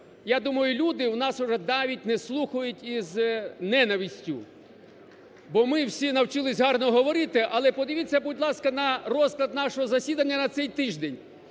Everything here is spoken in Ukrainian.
Я думаю, люди у нас уже навіть не слухають із ненавистю, бо ми всі навчились гарно говорити. Але подивіться, будь ласка, на розклад нашого засідання на цей тиждень.